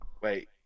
Wait